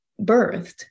birthed